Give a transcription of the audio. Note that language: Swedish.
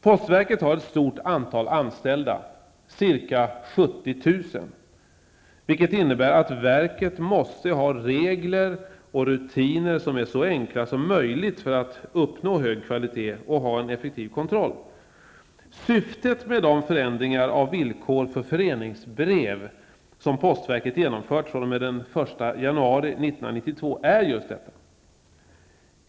Postverket har ett stort antal anställda, ca 70 000, vilket innebär att verket måste ha regler och rutiner som är så enkla som möjligt för att uppnå hög kvalitet och ha en effektiv kontroll. Syftet med de förändringar av villkor för föreningsbrev som postverket genomfört fr.o.m. den 1 januari 1992 är just detta.